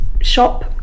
shop